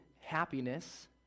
happiness